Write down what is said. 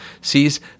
sees